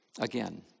Again